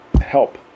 help